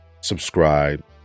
subscribe